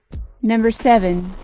number seven.